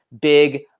big